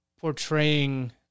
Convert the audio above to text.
portraying